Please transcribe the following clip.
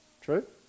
True